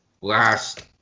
last